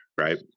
right